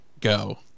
go